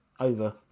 over